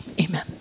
amen